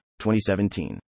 2017